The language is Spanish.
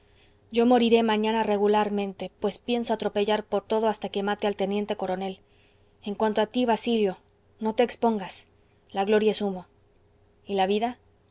yo moriré mañana regularmente pues pienso atropellar por todo hasta que mate al teniente coronel en cuanto a ti basilio no te expongas la gloria es humo y la vida